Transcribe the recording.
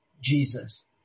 Jesus